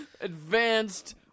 advanced